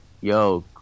yo